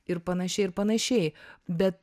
ir panašiai ir panašiai bet